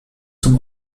zum